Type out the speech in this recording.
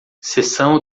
sessão